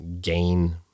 gain